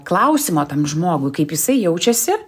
klausimą tam žmogui kaip jisai jaučiasi